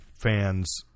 Fans